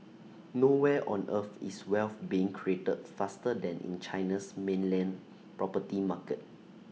nowhere on earth is wealth being created faster than in China's mainland property market